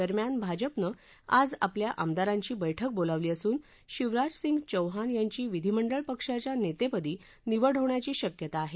दरम्यान भाजपनं आज आपल्या आमदारांची बैठक बोलवली असून शिवराज सिंह चौहान यांची विधिमंडळ पक्षाच्या नेतेपदी निवड होण्याची शक्यता आहे